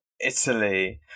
Italy